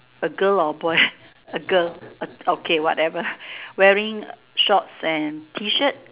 a girl or a boy a girl okay whatever wearing shorts and T shirt